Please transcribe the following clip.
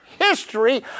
history